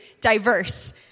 diverse